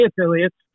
affiliates